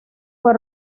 fue